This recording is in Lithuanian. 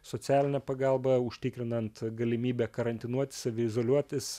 socialinę pagalbą užtikrinant galimybę karantinuotis saviizoliuotis